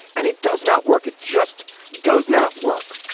and it does not work. it just does not work.